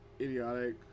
idiotic